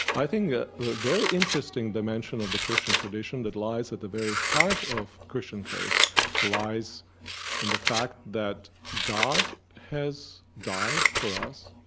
i think that the very interesting dimension of the christian tradition that lies at the very heart of christian faith lies in the fact that god has died for us